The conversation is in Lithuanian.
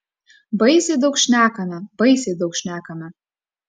baisiai daug šnekame baisiai daug šnekame